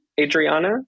Adriana